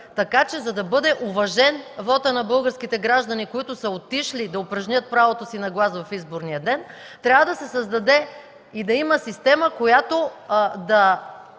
Така че, за да бъде уважен вотът на българските граждани, които са отишли да упражнят правото си на глас в изборния ден, трябва да се създаде и да има система, която да